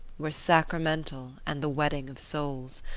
were sacramental and the wedding of souls.